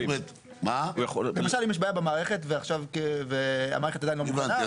אם יש בעיה במערכת והמערכת עדיין לא מוכנה --- הבנתי.